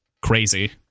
crazy